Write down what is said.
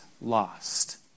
lost